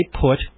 put